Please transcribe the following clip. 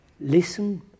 listen